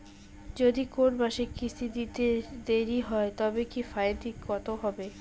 যদি কোন মাসে কিস্তি দিতে দেরি হয় তবে কি ফাইন কতহবে?